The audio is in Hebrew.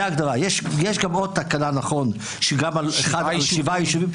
יש גם עוד תקנה על שבעה יישובים,